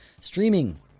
streaming